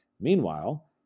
Meanwhile